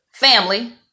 family